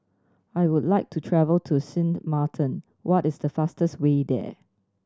I would like to travel to Sint Maarten what is the fastest way there